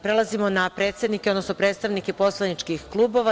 Prelazimo na predsednike, odnosno predstavnike poslaničkih klubova.